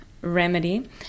remedy